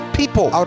people